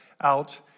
out